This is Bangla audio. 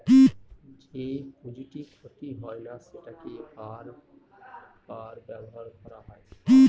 যেই পুঁজিটি ক্ষতি হয় না সেটাকে বার বার ব্যবহার করা হয়